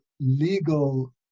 legal